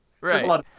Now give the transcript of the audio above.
Right